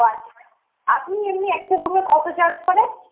আচ্ছা আপনি এমনি একটা রুমে কত চার্জ করেন